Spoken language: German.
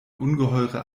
ungeheure